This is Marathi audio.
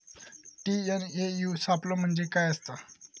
टी.एन.ए.यू सापलो म्हणजे काय असतां?